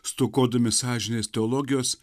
stokodami sąžinės teologijos